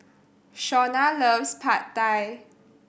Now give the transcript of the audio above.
Shawnna loves Pad Thai